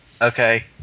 Okay